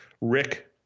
Rick